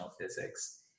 physics